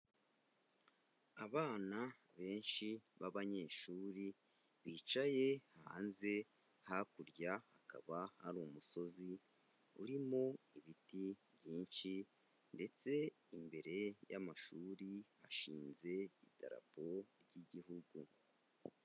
Abana benshi b'abanyeshuri bicaye hanze, hakurya hakaba hari umusozi urimo ibiti byinshi, ndetse imbere y'amashuri hashinze idarapo ry'igihugu.